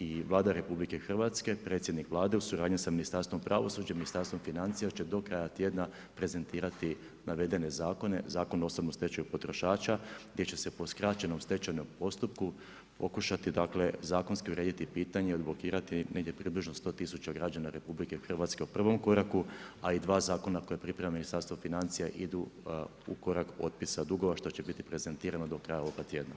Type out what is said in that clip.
i Vlada RH, predsjednik Vlade u suradnji sa Ministarstvom pravosuđa, Ministarstvom financija će do kraja tjedna prezentirati navedene zakone, Zakon o osobnom stečaju potrošača gdje će se po skraćenom stečajnom postupku pokušati zakonski urediti pitanje, odblokirati negdje približno 100 tisuća građana RH u prvom koraku, a i dva zakona koja priprema Ministarstvo financija idu u korak otpisa dugova, što će biti prezentirano do kraja ovoga tjedna.